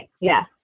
yes